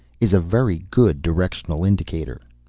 is a very good directional indicator.